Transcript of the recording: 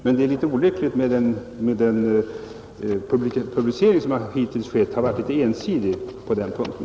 Men det är litet olyckligt att den publicering som har skett har varit litet ensidig på den punkten.